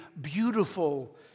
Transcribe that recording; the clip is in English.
beautiful